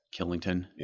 Killington